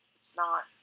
it's not.